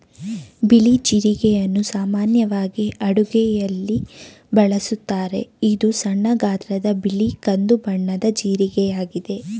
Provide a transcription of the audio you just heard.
ಬಿಳಿ ಜೀರಿಗೆಯನ್ನು ಸಾಮಾನ್ಯವಾಗಿ ಅಡುಗೆಯಲ್ಲಿ ಬಳಸುತ್ತಾರೆ, ಇದು ಸಣ್ಣ ಗಾತ್ರದ ಬಿಳಿ ಕಂದು ಬಣ್ಣದ ಜೀರಿಗೆಯಾಗಿದೆ